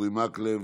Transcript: אורי מקלב,